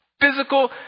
physical